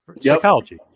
Psychology